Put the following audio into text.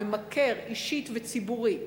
ממכר אישית וציבורית